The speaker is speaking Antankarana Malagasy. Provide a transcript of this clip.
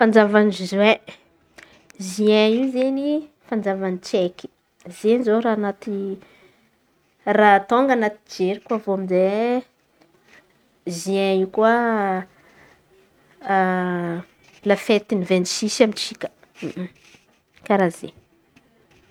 Fanjavan'ny ziain, ziain io izen̈y fanjavan'ny tsaiky izen̈y. Raha tônga anaty jeriko avy eo ziain in̈y koa lafetiny vaintsisy amintsika karà zay.